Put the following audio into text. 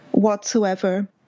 Whatsoever